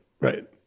right